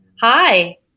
Hi